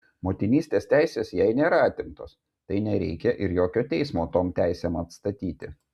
motinystės teisės jai nėra atimtos tai nereikia ir jokio teismo tom teisėm atstatyti